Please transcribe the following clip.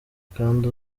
kandi